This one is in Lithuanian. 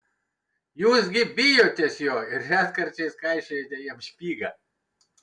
jūs gi bijotės jo ir retkarčiais kaišiojate jam špygą